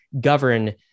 govern